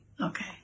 Okay